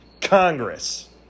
Congress